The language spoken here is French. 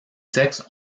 sexes